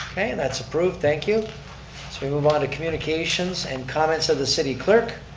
okay, and that's approved. thank you. so we move on to communications and comments of the city clerk.